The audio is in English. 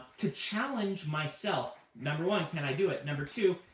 to challenge myself, number one, can i do it, number two,